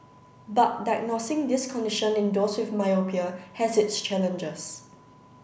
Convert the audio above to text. but diagnosing this condition in those with myopia has its challenges